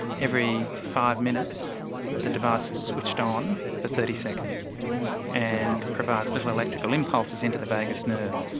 every five minutes the device is switched on for thirty seconds and provides little electrical impulses into the vagus nerve.